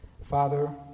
Father